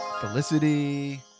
Felicity